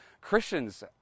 Christians